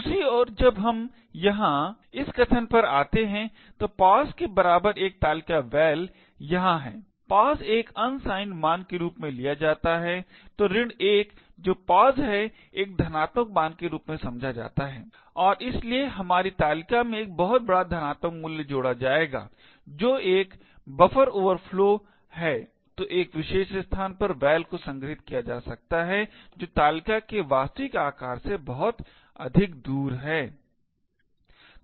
दूसरी ओर जब हम यहाँ इस कथन पर आते हैं तो pos के बराबर एक तालिका val यहाँ है pos एक unsigned मान के रूप में लिया जाता है तो 1 जो pos है एक धनात्मक मान के रूप में समझा जाता है और इसलिए हमारी तालिका में एक बहुत बड़ा धनात्मक मूल्य जोड़ा जाएगा जो एक बफर ओवरफ्लो है तो एक विशेष स्थान पर val को संग्रहीत किया जा सकता है जो तालिका के वास्तविक आकार से बहुत अधिक दूर है